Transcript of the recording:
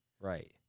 Right